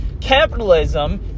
Capitalism